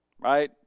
right